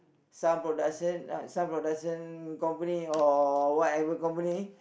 some production some production company or whatever company